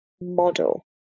model